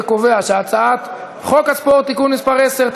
וקובע שהצעת חוק הספורט (תיקון מס' 10),